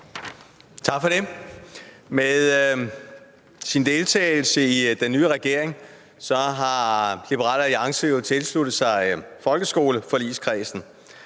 Tak for det. Med sin deltagelse i den nye regering har Liberal Alliance jo tilsluttet sig folkeskoleforligskredsen,